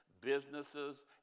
businesses